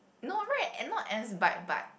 no right not as bite bite